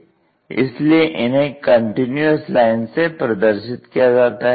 इसलिए इन्हें continuous lines से प्रदर्शित किया जाता है